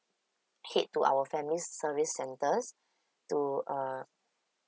head to our families service centres to uh